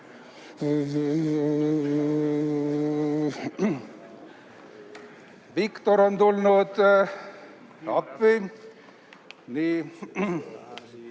Viktor on tulnud appi. Minu